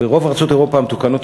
ברוב ארצות אירופה המתוקנות,